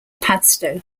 padstow